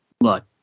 look